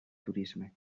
turisme